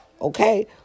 okay